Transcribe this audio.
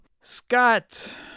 Scott